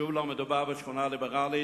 שוב לא מדובר בשכונה ליברלית,